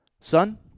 son